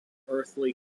earthly